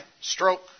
stroke